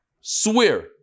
Swear